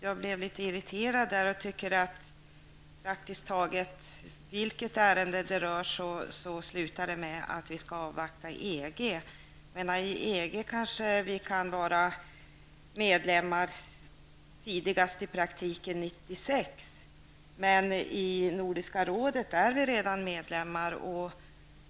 Jag blir litet irriterad, för jag tycker att i praktiskt taget alla ärenden vi behandlar slutar det med att vi skall avvakta behandlingen i EG. EG kan vi kanske vara medlemmar i tidigast 1996, men i Nordiska rådet är vi redan medlemmar.